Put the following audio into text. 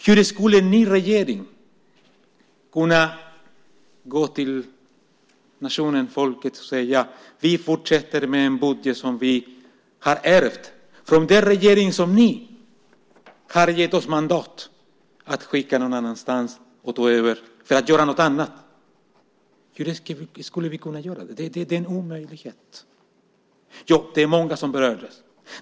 Hur skulle en ny regering kunna gå till nationen, folket, och säga: Vi fortsätter med en budget som vi har ärvt från den regering som ni har gett oss mandat att skicka någon annanstans för att vi skulle ta över och göra något annat. Hur skulle vi kunna göra det? Det är en omöjlighet. Ja, det är många som berördes.